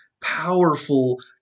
powerful